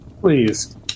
Please